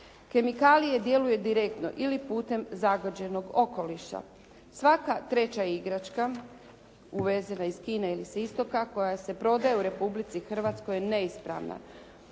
Kemikalije djeluju direktno ili putem zagađenog okoliša. Svaka treća igračka uvezena iz Kine ili s istoka koja se prodaje u Republici Hrvatskoj je neispravna.